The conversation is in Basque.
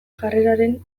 jarreraren